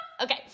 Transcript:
Okay